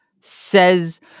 says